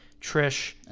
Trish